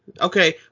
okay